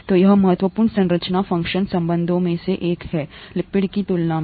तो यह महत्वपूर्ण संरचना फ़ंक्शन संबंधों में से एक है लिपिड की तुलना में